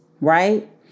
right